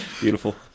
Beautiful